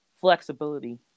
flexibility